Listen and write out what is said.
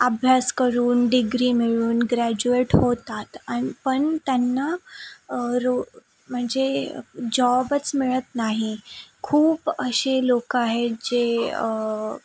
अभ्यास करून डिग्री मिळवून ग्रॅजुयेट होतात आणि पण त्यांना रो म्हणजे जॉबच मिळत नाही खूप असे लोक आहेत जे